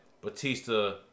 Batista